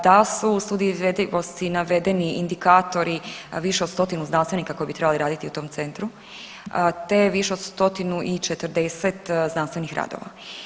Da su u studiji izvedivosti navedeni indikatori više od stotinu znanstvenika koji bi trebali raditi u tom centru te više od 140 znanstvenih radova.